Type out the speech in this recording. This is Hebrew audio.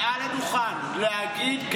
מעל הדוכן להגיד,